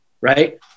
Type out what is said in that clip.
Right